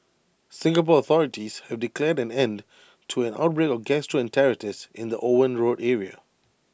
Singapore authorities have declared an end to an outbreak of gastroenteritis in the Owen road area